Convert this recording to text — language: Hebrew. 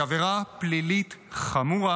הדלפה שהיא עבירה פלילית חמורה,